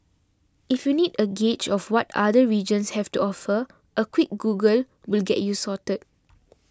if you need a gauge of what other regions have to offer a quick Google will get you sorted